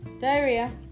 diarrhea